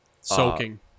Soaking